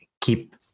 keep